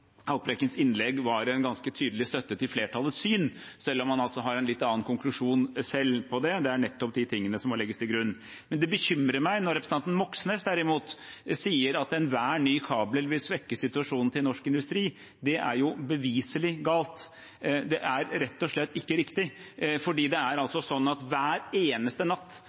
Haltbrekkens innlegg var en ganske tydelig støtte til flertallets syn, selv om han altså har en litt annen konklusjon selv. Det er nettopp de tingene som må legges til grunn. Men det bekymrer meg når representanten Moxnes derimot sier at enhver ny kabel vil svekke situasjonen til norsk industri. Det er beviselig galt. Det er rett og slett ikke riktig. Hver eneste natt strømmer det rimelig kraft inn til Norge som driver norske smelteverk – hver eneste natt.